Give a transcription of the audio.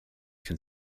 can